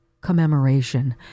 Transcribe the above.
commemoration